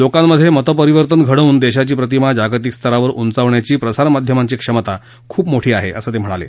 लोकांमधे मत परिवर्तन घडवून देशाची प्रतिमा जागतिक स्तरावर उचावण्याची प्रसारमाध्यमाची क्षमता खूप मोठी आहे असं ते म्हणाले